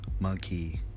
Monkey